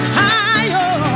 higher